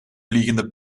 vliegende